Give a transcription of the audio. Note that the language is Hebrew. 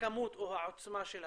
הכמות או העוצמה של התוכניות.